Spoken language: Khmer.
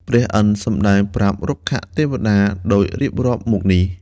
ព្រះឥន្ធសម្ដែងប្រាប់រុក្ខទេវតា ដូចរៀបរាប់មកនេះ។